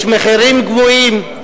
יש מחירים גבוהים,